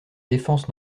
défense